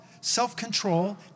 self-control